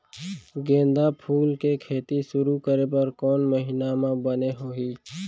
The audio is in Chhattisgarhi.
गेंदा फूल के खेती शुरू करे बर कौन महीना मा बने होही?